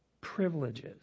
privileges